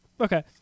Okay